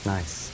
Nice